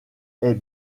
est